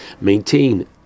maintain